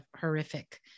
horrific